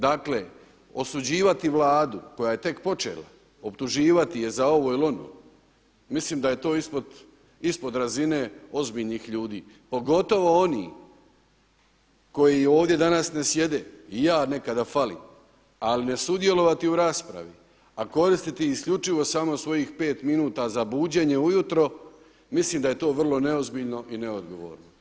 Dakle, osuđivati Vladu koja je tek počela, optuživati je za ovo ili ono, mislim da je to ispod razine ozbiljnih ljudi, pogotovo oni koji ovdje danas ne sjede i ja nekada falim, ali ne sudjelovati u raspravi, a koristiti isključivo samo svojih pet minuta za buđenje ujutro mislim da je to vrlo neozbiljno i neodgovorno.